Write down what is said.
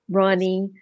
running